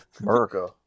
America